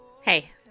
Hey